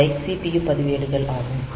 அவை CPU பதிவேடுகள் ஆகும்